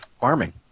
farming